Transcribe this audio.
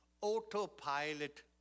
autopilot